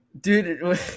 dude